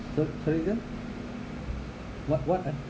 but sorry what what ah